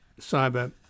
cyber